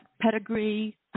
pedigree